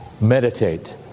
meditate